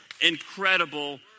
incredible